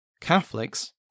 Catholics